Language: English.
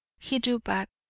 he drew back,